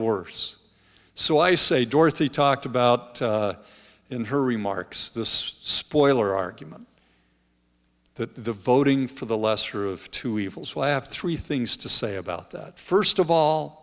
worse so i say dorothy talked about in her remarks this spoiler argument that the voting for the lesser of two evils will add three things to say about that first of all